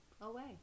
away